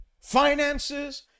finances